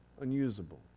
unusable